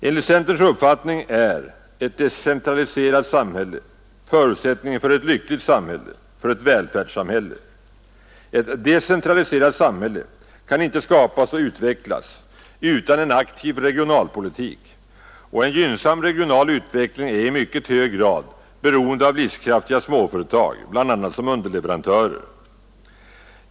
Enligt centerns uppfattning är ett decentraliserat samhälle förutsättningen för ett lyckligt samhälle, ett välfärdssamhälle, Ett decentraliserat samhälle kan inte skapas och utvecklas utan en aktiv regionalpolitik, och en gynnsam regional utveckling är i mycket hög grad beroende av livskraftiga småföretag, bl.a. som underleverantörer.